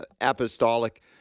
apostolic